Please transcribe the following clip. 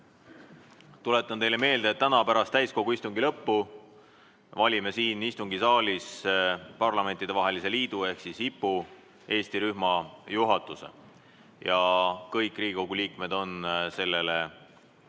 tuletan teile meelde, et täna pärast täiskogu istungi lõppu valime siin istungisaalis Parlamentidevahelise Liidu ehk IPU Eesti rühma juhatuse. Kõik Riigikogu liikmed on sellele